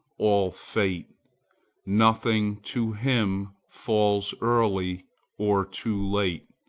all fate nothing to him falls early or too late.